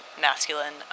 masculine